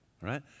Right